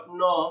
no